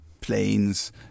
planes